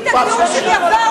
אני את הגיור שלי עברתי,